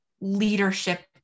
leadership